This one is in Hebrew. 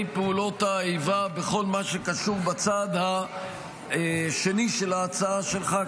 פעולות האיבה בכל מה שקשור בצד השני של ההצעה שלך,